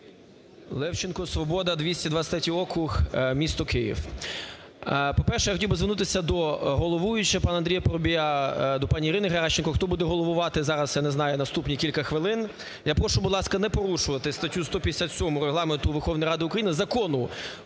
Левченко, "Свобода", 223-й округ, місто Київ. По-перше, я хотів би звернутися до головуючого пана Андрія Парубія, до пані Ірини Геращенко, хто буде головувати зараз, я не знаю, наступні кілька хвилин, я прошу, будь ласка, не порушувати статтю 157 Регламенту Верховної Ради України, Закону